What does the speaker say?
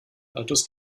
altes